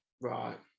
right